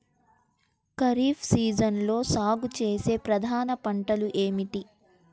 ఖరీఫ్ సీజన్లో సాగుచేసే ప్రధాన పంటలు ఏమిటీ?